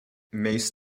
mace